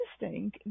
interesting